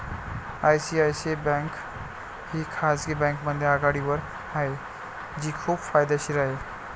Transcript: ICICI bank ही खाजगी बँकांमध्ये आघाडीवर आहे जी खूप फायदेशीर आहे